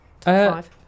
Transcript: five